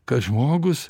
kad žmogus